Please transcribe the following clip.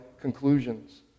conclusions